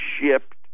shipped